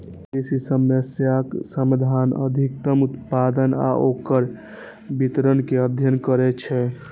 ई कृषि समस्याक समाधान, अधिकतम उत्पादन आ ओकर वितरण के अध्ययन करै छै